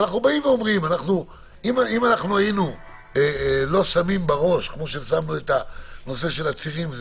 אם לא היינו שמים בראש כמו הנושא של הצירים,